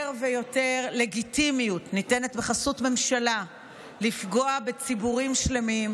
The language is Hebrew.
בחסות הממשלה יותר ויותר לגיטימיות ניתנת לפגוע בציבורים שלמים,